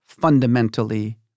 fundamentally